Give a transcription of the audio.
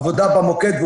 עבודה במוקד,